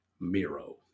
Miro